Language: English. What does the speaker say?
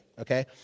Okay